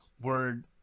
word